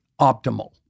optimal